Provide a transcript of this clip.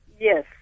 Yes